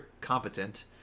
competent